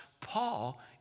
Paul